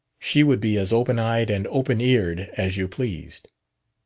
she would be as open-eyed and open-eared as you pleased.